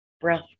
breath